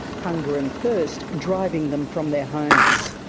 hunger and thirst driving them from their homes.